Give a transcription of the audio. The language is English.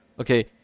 Okay